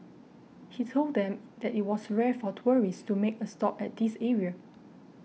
he told them that it was rare for tourists to make a stop at this area